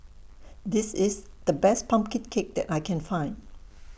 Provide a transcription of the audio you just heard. This IS The Best Pumpkin Cake that I Can Find